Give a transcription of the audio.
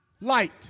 light